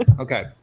Okay